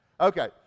Okay